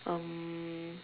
um